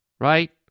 right